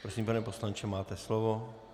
Prosím, pane poslanče, máte slovo.